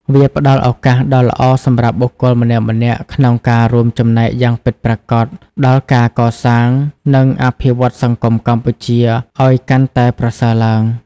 វាផ្ដល់ឱកាសដ៏ល្អសម្រាប់បុគ្គលម្នាក់ៗក្នុងការ រួមចំណែកយ៉ាងពិតប្រាកដដល់ការកសាង និងអភិវឌ្ឍន៍សង្គមកម្ពុជាឱ្យកាន់តែប្រសើរឡើង ។